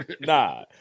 Nah